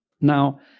Now